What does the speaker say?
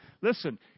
Listen